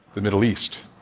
the middle east,